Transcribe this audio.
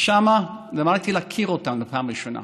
ושם למדתי להכיר אותם בפעם הראשונה,